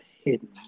hidden